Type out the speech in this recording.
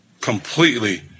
completely